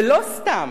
ולא סתם,